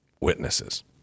witnesses